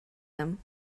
him